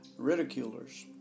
ridiculers